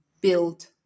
build